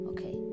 Okay